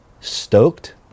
stoked